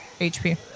HP